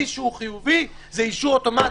מי שהוא חיובי יקבל אישור אוטומטי,